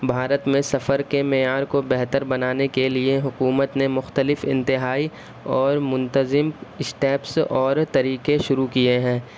بھارت میں سفر کے معیار کو بہتر بنانے کے لیے حکومت نے مختلف انتہائی اور منتظم اسٹیپس اور طریقے شروع کیے ہیں